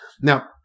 Now